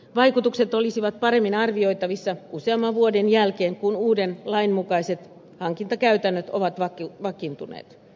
vaikutukset olisivat paremmin arvioitavissa useamman vuoden jälkeen kun uuden lain mukaiset hankintakäytännöt ovat vakiintuneet